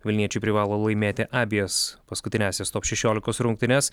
vilniečiai privalo laimėti abejas paskutiniąsias top šešiolikos rungtynes